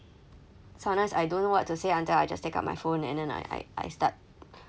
sometimes I don't know what to say until I just take out my phone and then I I start